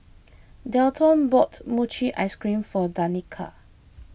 Dalton bought Mochi Ice Cream for Danika